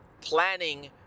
planning